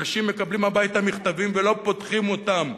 אנשים מקבלים הביתה מכתבים ולא פותחים אותם,